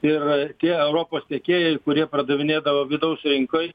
ir tie europos tiekėjai kurie pardavinėdavo vidaus rinkoj